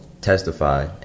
testify